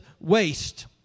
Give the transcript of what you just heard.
waste